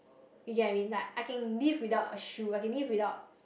you get what I mean like I can live without a shoe I can live without